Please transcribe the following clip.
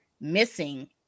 Missing